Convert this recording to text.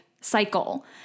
cycle